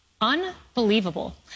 Unbelievable